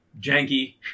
Janky